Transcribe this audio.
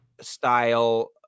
style